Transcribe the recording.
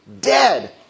dead